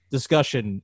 discussion